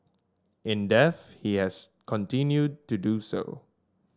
in death he has continued to do so